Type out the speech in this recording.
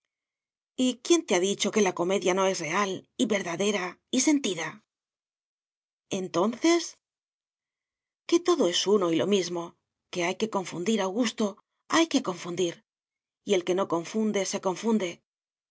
quién te ha dicho que la comedia no es real y verdadera y sentida entonces que todo es uno y lo mismo que hay que confundir augusto hay que confundir y el que no confunde se